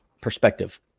perspective